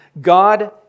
God